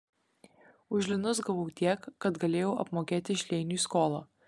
už linus gavau tiek kad galėjau apmokėti šleiniui skolą